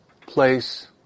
place